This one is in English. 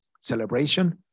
celebration